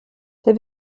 der